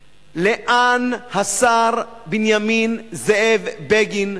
לאן, השר בנימין זאב בגין?